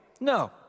No